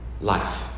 Life